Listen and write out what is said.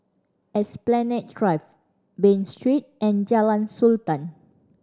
Esplanade Drive Bain Street and Jalan Sultan